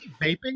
vaping